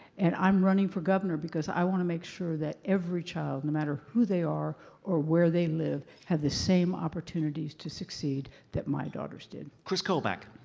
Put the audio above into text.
and i'm running for governor because i want to make sure that every child, no matter who they are or where they live, has the same opportunities to succeed that my daughters did. nick kris kobach.